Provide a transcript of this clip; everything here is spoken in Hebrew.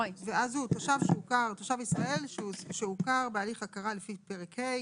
"תושב ישראל שהוכר בהליך הכרה לפי פרק ה',